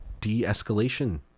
de-escalation